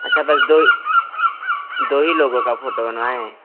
अच्छा बस दो ही दो ही लोगों का फोटो बनवाएं